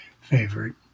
favorite